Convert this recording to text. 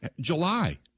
July